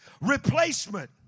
Replacement